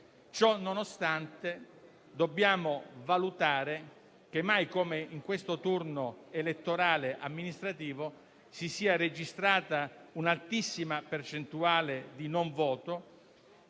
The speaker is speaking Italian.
Ciononostante, dobbiamo valutare che mai come in questo turno elettorale amministrativo si è registrata un'altissima percentuale di non voto,